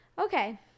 okay